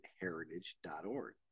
heritage.org